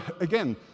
again